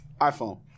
iPhone